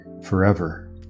forever